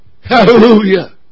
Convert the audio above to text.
Hallelujah